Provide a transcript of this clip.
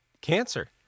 cancer